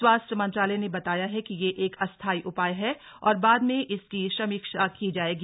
स्वास्थ्य मंत्रालय ने बताया है कि यह एक अस्थायी उपाय है और बाद में इसकी समीक्षा की जाएगी